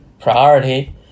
priority